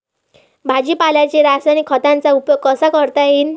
भाजीपाल्याले रासायनिक खतांचा उपयोग कसा करता येईन?